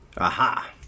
Aha